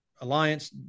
alliance